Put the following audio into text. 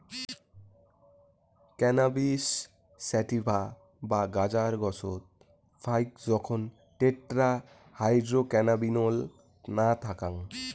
cannabis sativa বা গাঁজার গছত ফাইক জোখন টেট্রাহাইড্রোক্যানাবিনোল না থাকং